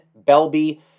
Belby